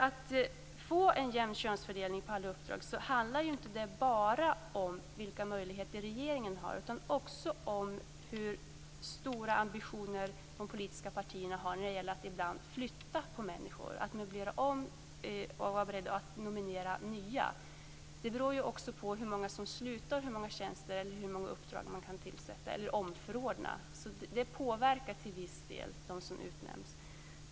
Att få en jämn könsfördelning på alla uppdrag handlar inte bara om vilka möjligheter regeringen har, utan det handlar också om hur stora ambitioner de politiska partierna har när det gäller att ibland flytta på människor, att möblera om och vara beredd att nominera nya. Hur många tjänster eller uppdrag man kan inrätta eller omförordna beror också på hur många som slutar, så det påverkar till viss del utnämningarna.